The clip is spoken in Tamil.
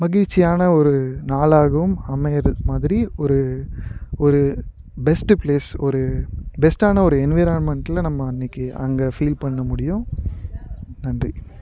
மகிழ்ச்சியான ஒரு நாளாகவும் அமையுற மாதிரி ஒரு ஒரு பெஸ்ட்டு ப்ளேஸ் ஒரு பெஸ்ட்டான ஒரு என்விரான்மெண்ட்டில் நம்ம அன்னக்கு அங்கே ஃபீல் பண்ண முடியும் நன்றி